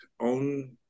own